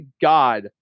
God